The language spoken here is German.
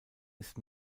ist